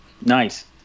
Nice